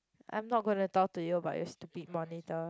I'm not going to talk to you about your stupid monitor